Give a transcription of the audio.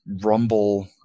rumble